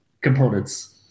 components